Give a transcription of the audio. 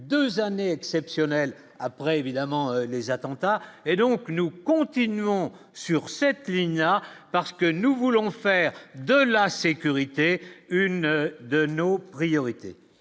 eu 2 années exceptionnelles après évidemment les attentats. Et donc nous continuons sur cette ligne a parce que nous voulons faire de la sécurité une de nos priorités,